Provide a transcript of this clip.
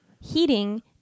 heating